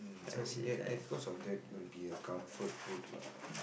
I think that that because of that will be account food food lah